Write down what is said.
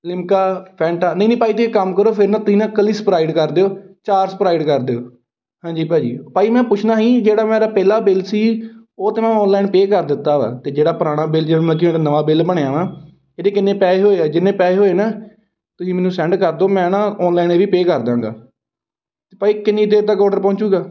Limca Fanta ਨਹੀਂ ਨਹੀਂ ਭਾਅ ਜੀ ਤੁਸੀਂ ਕੰਮ ਕਰੋ ਫਿਰ ਨਾ ਤੁਸੀਂ ਨਾ ਇਕੱਲੀ ਸਪਰਾਈਡ ਕਰ ਦਿਓ ਚਾਰ ਸਪਰਾਈਡ ਕਰ ਦਿਓ ਹਾਂਜੀ ਭਾਅ ਜੀ ਭਾਅ ਜੀ ਮੈਂ ਪੁੱਛਣਾ ਸੀ ਜਿਹੜਾ ਮੈਂ ਪਹਿਲਾਂ ਬਿੱਲ ਸੀ ਉਹ ਤਾਂ ਮੈਂ ਆਨਲਾਈਨ ਪੇ ਕਰ ਦਿੱਤਾ ਵਾ ਅਤੇ ਜਿਹੜਾ ਪੁਰਾਣਾ ਬਿਲ ਜਿਹੜਾ ਨਵਾਂ ਬਿੱਲ ਬਣਿਆ ਵਾ ਇਹਦੇ ਕਿੰਨੇ ਪੈਸੇ ਹੋਏ ਆ ਜਿੰਨੇ ਪੈਸੇ ਹੋਏ ਨਾ ਤੁਸੀਂ ਮੈਨੂੰ ਸੈਂਡ ਕਰ ਦਿਉ ਮੈਂ ਨਾ ਆਨਲਾਈਨ ਇਹ ਵੀ ਪੇ ਕਰ ਦਾਂਗਾ ਅਤੇ ਭਾਅ ਜੀ ਕਿੰਨੀ ਦੇਰ ਤੱਕ ਆਰਡਰ ਪਹੁੰਚੂਗਾ